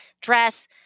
dress